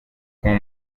como